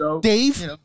Dave